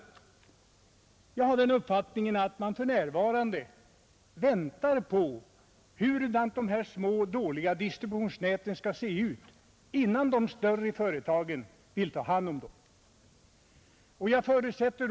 Jag har den uppfattningen att man för närvarande väntar på hur de små, dåliga distributionsnäten skall komma att se ut innan de större företagen vill ta hand om dem.